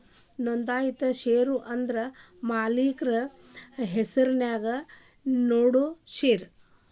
ನೋಂದಾಯಿತ ಷೇರ ಅಂದ್ರ ಮಾಲಕ್ರ ಹೆಸರ್ನ್ಯಾಗ ನೇಡೋ ಷೇರ